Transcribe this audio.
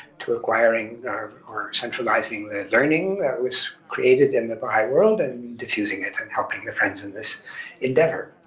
to acquiring or centralizing the learning that was created in the baha'i world and diffusing it and helping the friends in this endeavor.